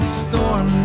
storm